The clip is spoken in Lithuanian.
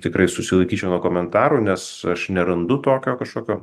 tikrai susilaikyčiau nuo komentarų nes aš nerandu tokio kažkokio